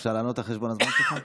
אפשר לענות על חשבון הזמן שלך?